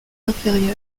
inférieur